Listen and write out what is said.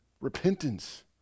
repentance